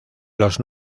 los